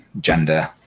gender